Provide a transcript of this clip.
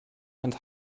and